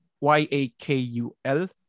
Y-A-K-U-L